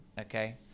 okay